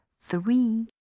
three